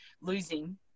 losing